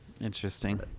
interesting